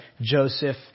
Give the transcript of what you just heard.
Joseph